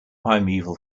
primeval